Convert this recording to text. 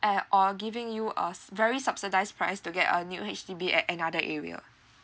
and or giving you a various subsidised price to get a new H_D_B at another area